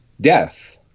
Death